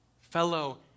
fellow